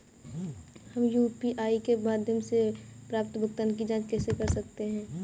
हम यू.पी.आई के माध्यम से प्राप्त भुगतान की जॉंच कैसे कर सकते हैं?